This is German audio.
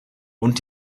und